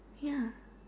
ya